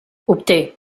obté